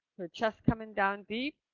your chest coming down deep.